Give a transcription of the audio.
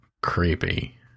creepy